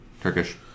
Turkish